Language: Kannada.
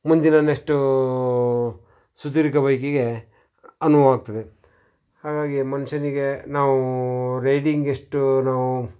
ಮುಂದಿನ ನೆಕ್ಸ್ಟು ಸುದೀರ್ಘ ಬೈಕಿಗೆ ಅನುವು ಆಗ್ತದೆ ಹಾಗಾಗಿ ಮನುಷ್ಯನಿಗೆ ನಾವು ರೈಡಿಂಗ್ ಎಷ್ಟು ನಾವು